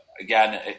Again